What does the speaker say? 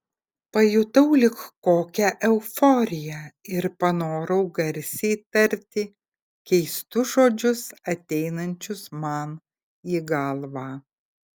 pajutau lyg kokią euforiją ir panorau garsiai tarti keistus žodžius ateinančius man į galvą